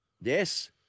Yes